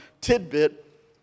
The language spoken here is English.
tidbit